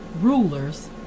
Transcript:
rulers